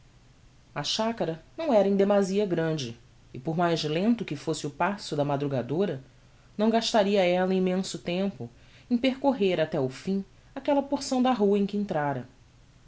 a chacara não era em demasia grande e por mais lento que fosse o passo da madrugadora não gastaria ella immenso tempo em percorrer até o fim aquella porção da rua em que entrára